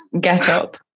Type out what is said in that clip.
get-up